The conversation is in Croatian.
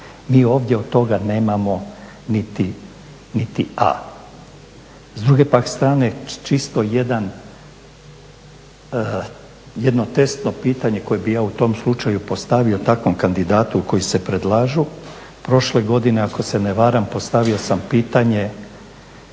Mi ovdje od toga nemamo niti a. S druge pak strane čisto jedno testno pitanje koje bi ja u tom slučaju postavio takvom kandidatu koji se predlažu. Prošle godine ako se ne varam postavio sam pitanje